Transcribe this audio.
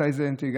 מתי זה אנטיגן.